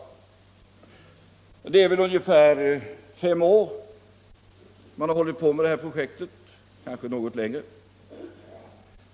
Det är väf fem år man har hållit på med det här projektet — kanske något längre.